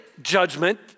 judgment